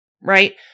right